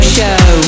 Show